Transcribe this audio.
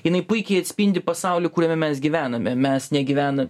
jinai puikiai atspindi pasaulį kuriame mes gyvename mes negyvena